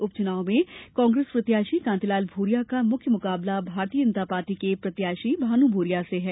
उपचुनाव में कांग्रेस प्रत्याशी कांतिलाल भूरिया का मुख्य मुकाबला भारतीय जनता पार्टी के प्रत्याशी भानू भूरिया से है